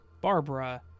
Barbara